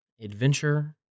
adventure